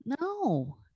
no